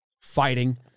fighting